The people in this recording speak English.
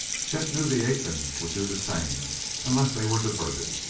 chet knew the ape-men would do the same unless they were diverted,